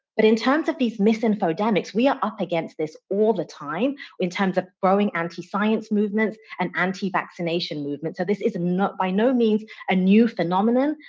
but in terms of these misinfodemics, we are up against this all the time in terms of growing anti-science movements, and anti-vaccination movement. so, this is by no means a new phenomenon,